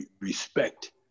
respect